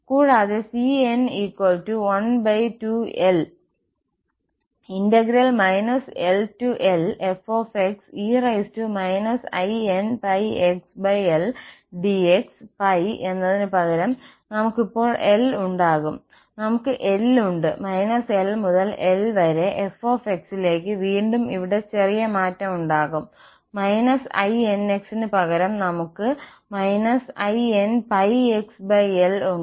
കൂടാതെ cn 12L LLfxe inπxLdx π എന്നതിനുപകരം നമുക്ക് ഇപ്പോൾ L ഉണ്ടാകും നമ്മൾക്കു L ഉണ്ട് −L മുതൽ L വരെ f ലേക്ക് വീണ്ടും ഇവിടെ ചെറിയ മാറ്റം ഉണ്ടാകും −inx ന് പകരം നമ്മൾക്കു -inπxL ഉണ്ട്